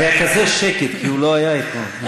היה כזה שקט כי הוא לא היה אתמול.